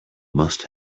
must